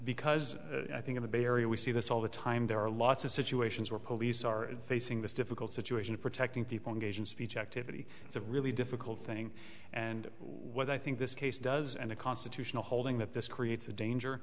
because i think in the bay area we see this all the time there are lots of situations where police are facing this difficult situation of protecting people engage in speech activity it's a really difficult thing and what i think this case does and a constitutional holding that this creates a danger